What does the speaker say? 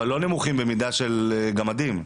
אבל לא נמוכים במידה של גמדים?